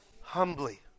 humbly